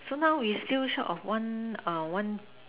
so now we still short of one err one